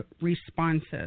responses